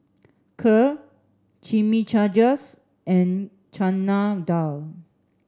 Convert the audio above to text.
Kheer Chimichangas and Chana Dal